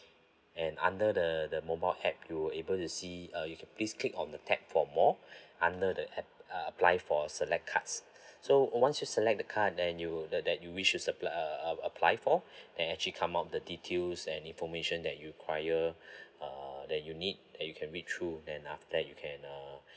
and under the the mobile app you will able to see uh you can please click on the tap for more under the app uh apply for a select cards so once you select the card and you will that~ that you wish to uh apply for then actually come out the details and information that you require uh that you need that you can read through then after that you can uh